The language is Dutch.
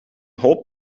hoop